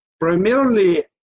Primarily